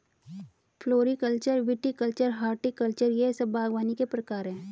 floriculture, viticulture, horticulture यह सब बागवानी के प्रकार है